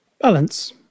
Balance